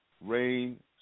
rain